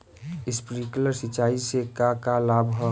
Sprinkler सिंचाई से का का लाभ ह?